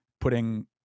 putting